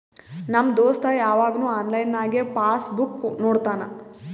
ನಮ್ ದೋಸ್ತ ಯವಾಗ್ನು ಆನ್ಲೈನ್ನಾಗೆ ಪಾಸ್ ಬುಕ್ ನೋಡ್ತಾನ